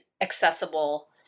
accessible